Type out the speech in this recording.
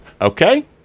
Okay